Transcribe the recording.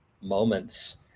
moments